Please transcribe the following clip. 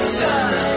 time